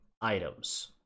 items